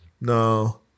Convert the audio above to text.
No